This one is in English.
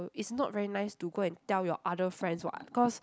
uh it's not very nice to go and tell your other friends [what] cause